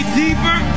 deeper